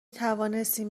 توانستیم